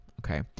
Okay